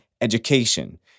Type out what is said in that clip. education